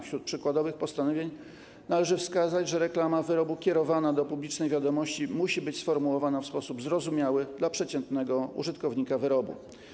Wśród przykładowych postanowień należy wskazać to, iż reklama wyrobu kierowana do publicznej wiadomości musi być sformułowana w sposób zrozumiały dla przeciętnego użytkownika wyrobu.